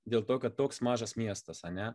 dėl to kad toks mažas miestas ar ne